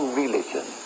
religion